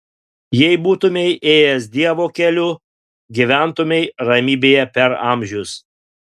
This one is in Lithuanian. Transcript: jei būtumei ėjęs dievo keliu gyventumei ramybėje per amžius